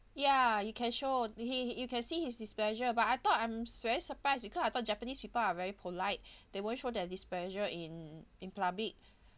ya he can show he he you can see his displeasure but I thought I'm very surprised because I thought japanese people are very polite they wouldn't show their displeasure in in public